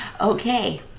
Okay